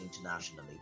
internationally